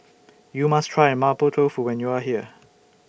YOU must Try Mapo Tofu when YOU Are here